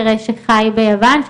חרש שחי ביוון,